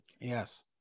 Yes